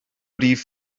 rhif